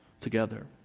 together